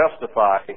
justify